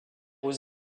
aux